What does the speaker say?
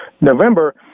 November